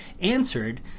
answered